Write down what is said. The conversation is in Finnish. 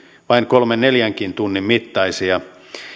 vain kolmen neljänkin tunnin mittaisia